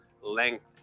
length